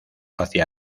hacia